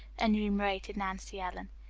enumerated nancy ellen.